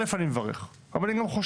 אל"ף, אני מברך, אבל אני גם חושש,